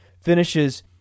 finishes